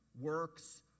Works